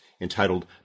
entitled